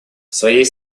своей